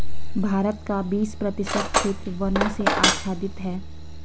भारत का बीस प्रतिशत क्षेत्र वनों से आच्छादित है